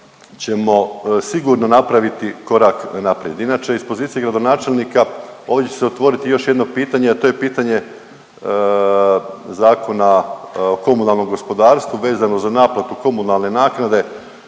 ćemo sigurno napraviti korak naprijed. Inače iz pozicije gradonačelnika ovdje će se otvoriti još jedno pitanje, a to je pitanje Zakona o komunalnom gospodarstvu, vezano za naplatu komunalne naknade